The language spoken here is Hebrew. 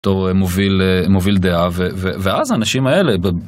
הוא מוביל מוביל דעה ואז האנשים האלה.